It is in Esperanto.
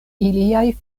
iliaj